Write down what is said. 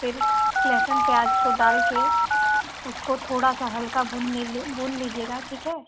फिर लहसुन प्याज को डाल के उसको थोड़ा सा हल्का भून ले ले भून लीजिएगा ठीक है